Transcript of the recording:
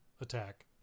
attack